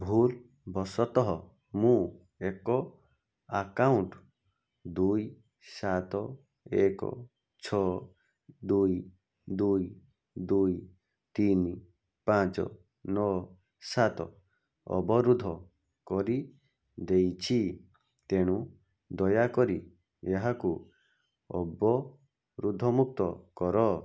ଭୁଲ ବଶତଃ ମୁଁ ଏକ ଆକାଉଣ୍ଟ ଦୁଇ ସାତ ଏକ ଛଅ ଦୁଇ ଦୁଇ ଦୁଇ ତିନି ପାଞ୍ଚ ନଅ ସାତ ଅବରୋଧ କରିଦେଇଛି ତେଣୁ ଦୟାକରି ଏହାକୁ ଅବରୋଧମୁକ୍ତ କର